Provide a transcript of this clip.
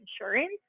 insurance